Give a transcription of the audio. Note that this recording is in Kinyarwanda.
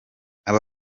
aba